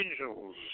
angels